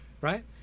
right